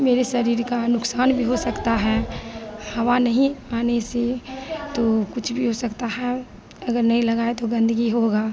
मेरे शरीर का नुकसान भी हो सकता है हवा नहीं पाने से तो कुछ भी हो सकता है अगर नहीं लगाया तो गंदगी होगा